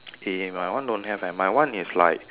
eh my one don't have leh my one is like